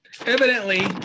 evidently